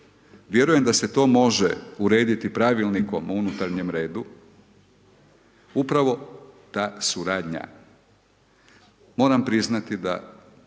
Vjerujem da se to može urediti Pravilnikom o unutarnjem redu upravo ta suradnja. Moram priznati da